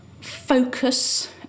Focus